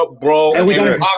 bro